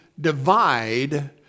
divide